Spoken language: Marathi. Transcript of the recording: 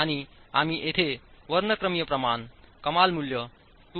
आणि आम्ही येथे वर्णक्रमीय प्रमाण कमाल मूल्य 2